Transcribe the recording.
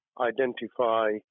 identify